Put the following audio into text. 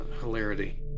hilarity